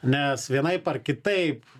nes vienaip ar kitaip